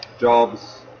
jobs